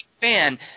Fan